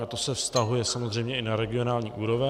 A to se vztahuje samozřejmě i na regionální úroveň.